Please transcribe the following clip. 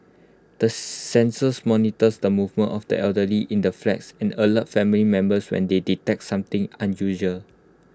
the sensors monitors the movements of the elderly in the flats and alert family members when they detect something unusual